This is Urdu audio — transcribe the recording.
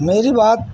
میری بات